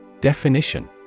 Definition